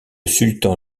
sultan